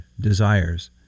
desires